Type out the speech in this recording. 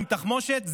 עם תחמושת,